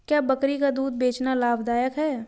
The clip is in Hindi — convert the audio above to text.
क्या बकरी का दूध बेचना लाभदायक है?